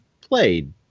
played